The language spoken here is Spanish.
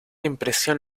impresión